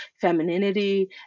femininity